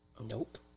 nope